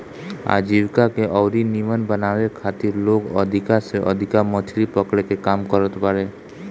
आजीविका के अउरी नीमन बनावे के खातिर लोग अधिका से अधिका मछरी पकड़े के काम करत बारे